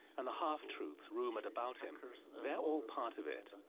and the half-truths rumored about him they're all part of it. ah